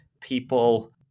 people